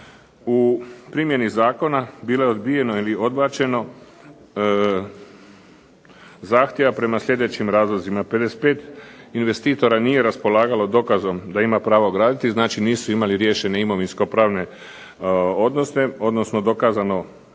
U primjeni zakona bilo je odbijeno ili odbačeno zahtjeva prema sljedećim razlozima. 55 investitora nije raspolagalo dokazom da ima pravo graditi, znači nisu imali riješene imovinsko-pravne odnose, odnosno dokazano pravo